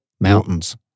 mountains